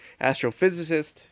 astrophysicist